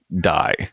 die